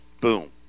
Boom